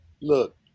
Look